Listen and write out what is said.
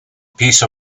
piece